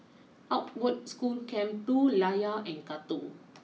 Outward School Camp two Layar and Katong